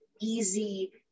easy